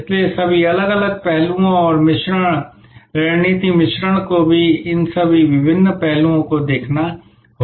इसलिए सभी अलग अलग पहलुओं और मिश्रण रणनीति मिश्रण को भी इन सभी विभिन्न पहलुओं को देखना होगा